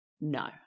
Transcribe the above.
no